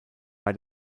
bei